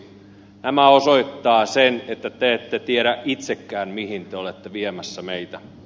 tämä osoittaa sen että te ette tiedä itsekään mihin te olette viemässä meitä